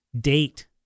date